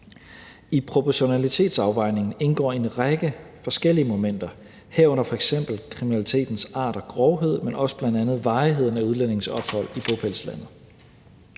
I proportionalitetsafvejningen indgår en række forskellige elementer, herunder f.eks. kriminalitetens art og grovhed, men bl.a. også varigheden af udlændingens ophold i bopælslandet.